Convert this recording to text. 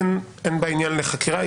אין בה עניין לחקירה.